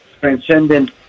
transcendent